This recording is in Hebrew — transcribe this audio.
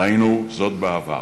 ראינו זאת בעבר.